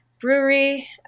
brewery